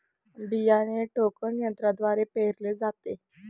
बियाणे टोकन यंत्रद्वारे पेरले जाते